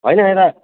होइन यता